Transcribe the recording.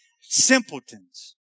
simpletons